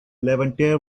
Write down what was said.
levanter